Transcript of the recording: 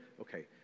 okay